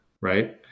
right